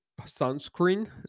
sunscreen